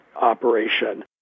operation